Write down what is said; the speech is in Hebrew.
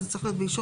באישור